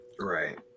Right